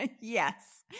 Yes